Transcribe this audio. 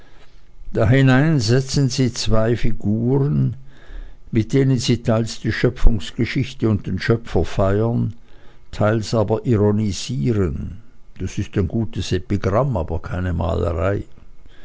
dahinein setzen sie zwei figuren mit denen sie teils die schöpfungsgeschichte und den schöpfer feiern teils aber ironisieren das ist ein gutes epigramm aber keine malerei